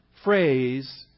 Phrase